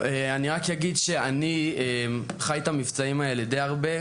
אני חי את המבצעים האלה די הרבה.